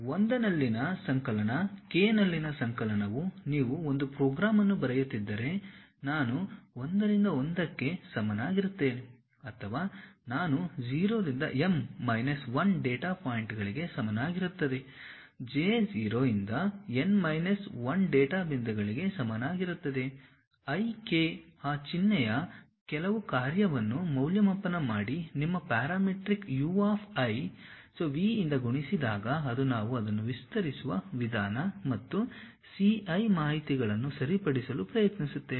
I ನಲ್ಲಿನ ಸಂಕಲನ k ನಲ್ಲಿನ ಸಂಕಲನವು ನೀವು ಒಂದು ಪ್ರೋಗ್ರಾಂ ಅನ್ನು ಬರೆಯುತ್ತಿದ್ದರೆ ನಾನು I ರಿಂದ 1 ಕ್ಕೆ ಸಮನಾಗಿರುತ್ತೇನೆ ಅಥವಾ ನಾನು 0 ರಿಂದ m ಮೈನಸ್ 1 ಡೇಟಾ ಪಾಯಿಂಟ್ಗಳಿಗೆ ಸಮಾನವಾಗಿರುತ್ತದೆ j 0 ರಿಂದ n ಮೈನಸ್ 1 ಡೇಟಾ ಬಿಂದುಗಳಿಗೆ ಸಮನಾಗಿರುತ್ತದೆ I K ಅ ಚಿಹ್ನೆಯ ಕೆಲವು ಕಾರ್ಯವನ್ನು ಮೌಲ್ಯಮಾಪನ ಮಾಡಿ ನಿಮ್ಮ parametric U of I V ಯಿಂದ ಗುಣಿಸಿದಾಗ ಅದು ನಾವು ಅದನ್ನು ವಿಸ್ತರಿಸುವ ವಿಧಾನ ಮತ್ತು C I ಮಾಹಿತಿಗಳನ್ನು ಸರಿಪಡಿಸಲು ಪ್ರಯತ್ನಿಸುತ್ತೇವೆ